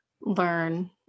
learn